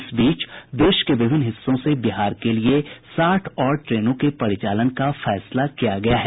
इस बीच देश के विभिन्न हिस्सों से बिहर के लिए साठ और ट्रेनों के परिचालन का फैसला किया गया है